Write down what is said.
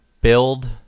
build